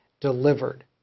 delivered